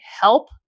help